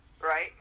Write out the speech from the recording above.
right